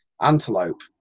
antelope